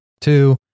Two